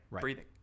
breathing